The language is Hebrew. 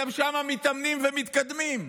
גם שם מתאמנים ומתקדמים.